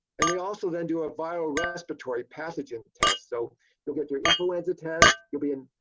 and they also then do a viral respiratory pathogen test. so you'll get your influenza test, you'll be in